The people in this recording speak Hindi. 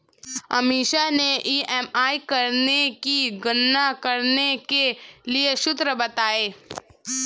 अमीषा ने ई.एम.आई की गणना करने के लिए सूत्र बताए